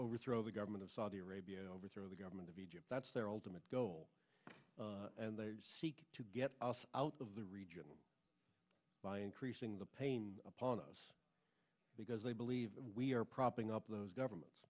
overthrow the government of saudi arabia overthrow the government of egypt that's their ultimate goal and they seek to get us out of the region by increasing the upon us because they believe we are propping up those governments